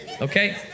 okay